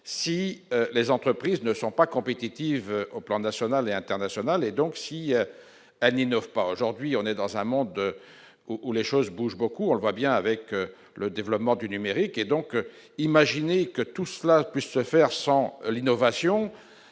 si les entreprises ne sont pas compétitives au plan national et international, et donc si elle n'innove pas, aujourd'hui, on est dans un monde où les choses bougent beaucoup, on le voit bien avec le développement du numérique et donc imaginer que tout cela puisse se faire sans l'innovation